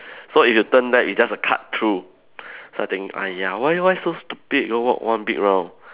so if you turn left it's just a cut through so I think !aiya! why why so stupid go walk one big round